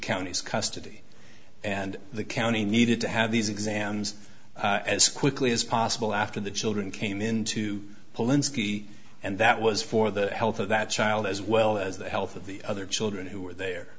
county's custody and the county needed to have these exams as quickly as possible after the children came into poland ski and that was for the health of that child as well as the health of the other children who were